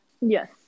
yes